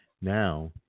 now